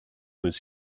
was